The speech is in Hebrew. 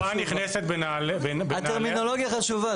התשובה נכנסת בנעלי --- הטרמינולוגיה חשובה,